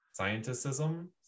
Scienticism